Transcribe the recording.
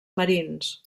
marins